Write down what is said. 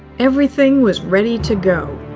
everything was ready to go.